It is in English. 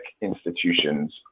institutions